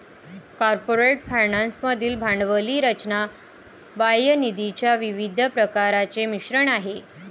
corporate finance मधील भांडवली रचना बाह्य निधीच्या विविध प्रकारांचे मिश्रण आहे